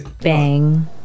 Bang